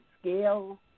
Scale